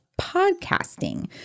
podcasting